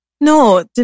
No